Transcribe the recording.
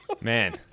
Man